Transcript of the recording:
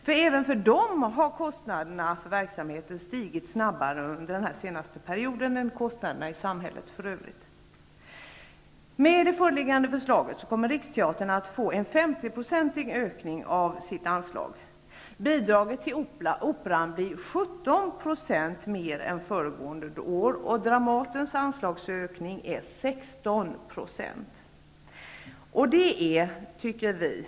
Kostnaderna för verksamheten har även för dem stigit snabbare under den senaste perioden än kostnaderna i samhället i övrigt. Riksteatern att få en femtioprocentig ökning av sitt anslag. Bidraget till Operan blir 17 % mer än föregående år och Dramatens anslagsökning är 16 %.